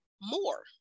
more